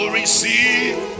receive